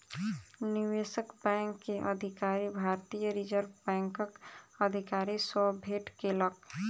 निवेशक बैंक के अधिकारी, भारतीय रिज़र्व बैंकक अधिकारी सॅ भेट केलक